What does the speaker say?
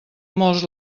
molts